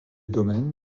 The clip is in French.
domaine